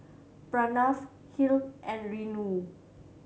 Pranav Hri and Renu